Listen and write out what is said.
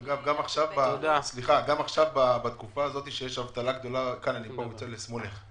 גם עכשיו בתקופה הזו עם האבטלה יש חוסר?